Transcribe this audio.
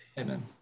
Amen